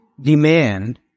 demand